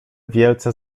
wielce